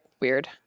weird